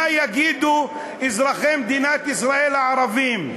מה יגידו אזרחי מדינת ישראל הערבים?